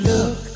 Look